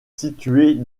située